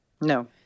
No